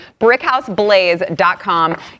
BrickHouseBlaze.com